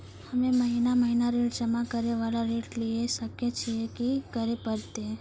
हम्मे महीना महीना ऋण जमा करे वाला ऋण लिये सकय छियै, की करे परतै?